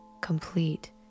complete